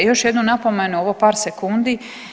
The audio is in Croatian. Još jednu napomenu ovo par sekundi.